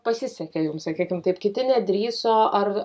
pasisekė jums sakykim taip kiti nedrįso ar